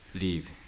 leave